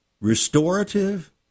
Restorative